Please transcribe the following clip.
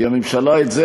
כי את זה הממשלה עשתה.